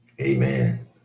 Amen